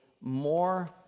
more